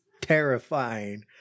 terrifying